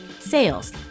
sales